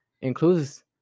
includes